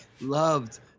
loved